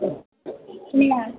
खोनाया